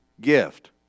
gift